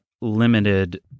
limited